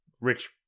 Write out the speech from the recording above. rich